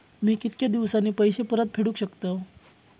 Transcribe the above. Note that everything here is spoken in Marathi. मी कीतक्या दिवसांनी पैसे परत फेडुक शकतय?